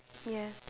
yes